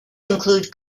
include